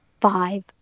five